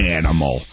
animal